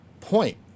point